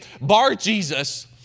Bar-Jesus